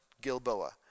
Gilboa